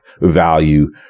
value